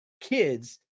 kids